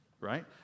right